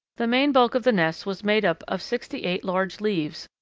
the main bulk of the nest was made up of sixty-eight large leaves,